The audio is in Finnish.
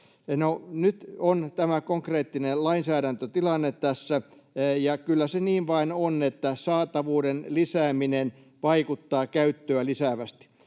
nyt on tämä konkreettinen lainsäädäntötilanne tässä, ja kyllä se niin vain on, että saatavuuden lisääminen vaikuttaa käyttöä lisäävästi.